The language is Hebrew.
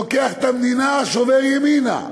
לוקח את המדינה, שובר ימינה,